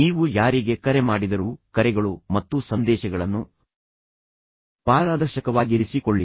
ನೀವು ಯಾರಿಗೆ ಕರೆ ಮಾಡಿದರೂ ಕರೆಗಳು ಮತ್ತು ಸಂದೇಶಗಳನ್ನು ಪಾರದರ್ಶಕವಾಗಿರಿಸಿಕೊಳ್ಳಿ